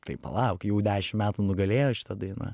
tai palauk jau dešim metų nugalėjo šita daina